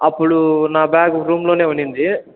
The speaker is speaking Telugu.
అప్పుడు నా బ్యాగ్ రూమ్లోనే ఉండింది